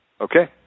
Okay